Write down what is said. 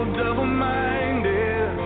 double-minded